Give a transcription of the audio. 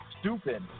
stupid